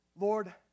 Lord